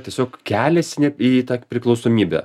tiesiog keliasi net į tą priklausomybę